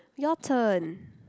your turn